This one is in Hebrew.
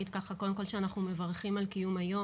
אני אגיד קודם כל שאנחנו מברכים על קיום היום